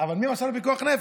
אבל מי אמר שהיה לו פיקוח נפש?